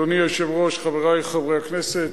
אדוני היושב-ראש, חברי חברי הכנסת,